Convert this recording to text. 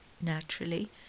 Naturally